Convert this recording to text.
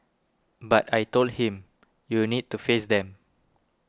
but I told him you need to face them